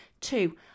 Two